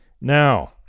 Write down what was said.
Now